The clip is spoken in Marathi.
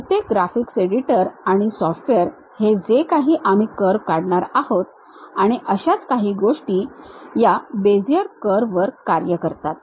बहुतेक ग्राफिक्स एडिटर आणि सॉफ्टवेअर हे जे काही आम्ही कर्व काढणार आहोत आणि अशाच काही गोष्टी या बेझियर कर्व वर कार्य करतात